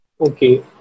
Okay